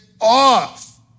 off